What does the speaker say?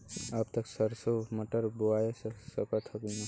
अब त सरसो मटर बोआय सकत ह न?